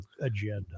agenda